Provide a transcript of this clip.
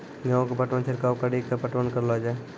गेहूँ के पटवन छिड़काव कड़ी के पटवन करलो जाय?